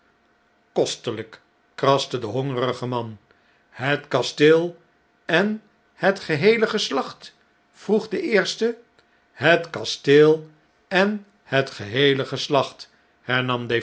kosteln'k kraste de hongerige man het kasteel en het geheele geslacht vroeg de eerste het kasteel en het geheele geslacht